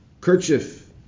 kerchief